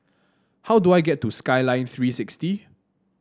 how do I get to Skyline Three sixty